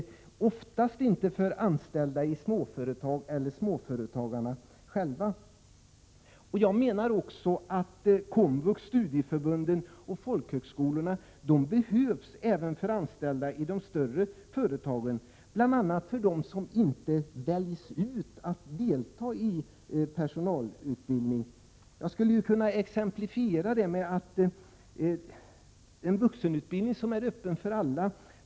Det är ofta inte heller något alternativ för anställda i småföretag eller för småföretagarna själva. Komvux, studieförbunden och folkhögskolorna behövs, även för anställda i de större företagen. Det gäller bl.a. för dem som inte väljs ut att delta i personalutbildning. Det kommer att behövas en vuxenutbildning som är öppen för alla.